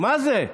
מה זה?